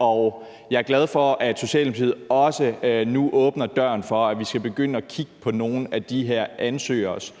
og jeg er glad for, at Socialdemokratiet også nu åbner døren for, at vi skal begynde at kigge på nogle af de her ansøgeres